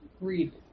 read